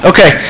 Okay